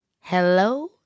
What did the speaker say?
Hello